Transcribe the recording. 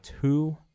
two